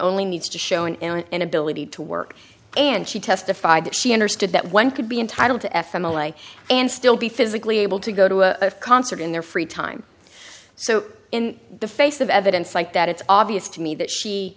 only needs to show an inability to work and she testified that she understood that one could be entitled to f m alike and still be physically able to go to a concert in their free time so in the face of evidence like that it's obvious to me that she